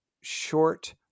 short